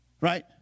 right